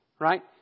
Right